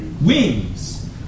wings